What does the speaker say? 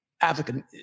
African